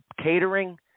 catering